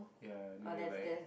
ya then they were like